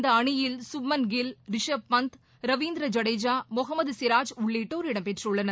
இந்த அணியில் சுப்மன் கில் ரிஷப் பந்த் ரவீந்திர ஜடேஜா முகமது சிராஜ் உள்ளிட்டோர் இடம்பெற்றுள்ளனர்